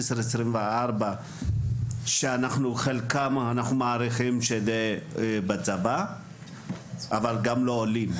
24 שחלקם אנחנו מעריכים שבצבא אבל גם לא עולים.